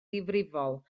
ddifrifol